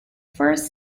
first